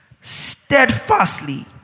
steadfastly